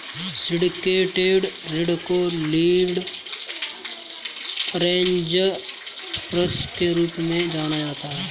syndicated ऋण को lead arrangers के रूप में जाना जाता है